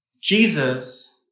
Jesus